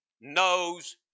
knows